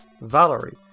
Valerie